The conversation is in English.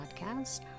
podcast